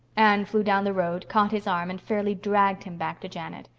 anne flew down the road, caught his arm and fairly dragged him back to janet.